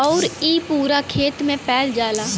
आउर इ पूरा खेत मे फैल जाला